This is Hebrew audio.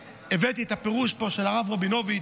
הבאתי פה את הפירוש של הרב רבינוביץ',